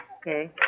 Okay